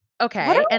Okay